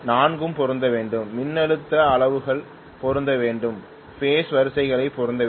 நான்கும் பொருந்த வேண்டும் மின்னழுத்த அளவுகள் பொருந்த வேண்டும் பேஸ் வரிசைகள் பொருந்த வேண்டும்